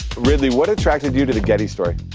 ridley, what attracted you to the getty story?